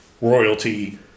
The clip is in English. royalty